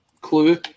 clue